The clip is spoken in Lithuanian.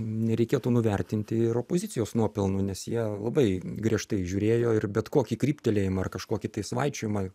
nereikėtų nuvertinti ir opozicijos nuopelnų nes jie labai griežtai žiūrėjo ir bet kokį kryptelėjimą ar kažkokį tai svaičiojimai